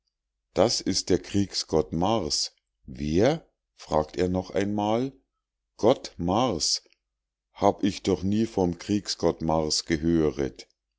das ist der kriegsgott mars wer fragt er noch ein mal gott mars hab ich doch nie vom kriegsgott mars gehöret